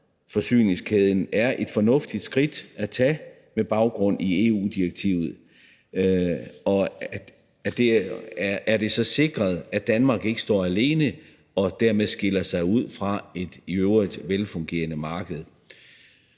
fødevareforsyningskæden er et fornuftigt skridt at tage med baggrund i EU-direktivet, og det er så sikret, at Danmark ikke står alene og dermed skiller sig ud fra et i øvrigt velfungerende marked.